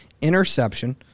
Interception